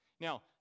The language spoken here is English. Now